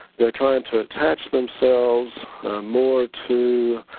they are trying to attach themselves more to